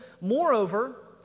Moreover